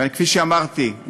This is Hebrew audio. וכפי שאמרתי,